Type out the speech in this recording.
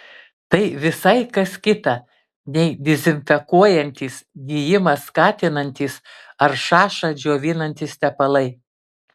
tai visai kas kita nei dezinfekuojantys gijimą skatinantys ar šašą džiovinantys tepalai